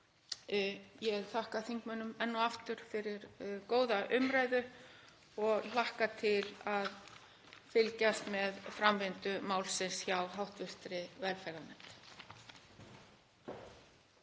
Ég þakka hv. þingmönnum enn og aftur fyrir góða umræðu og hlakka til að fylgjast með framvindu málsins hjá hv. velferðarnefnd.